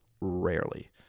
rarely